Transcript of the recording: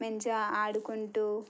మంచిగా ఆడుకుంటూ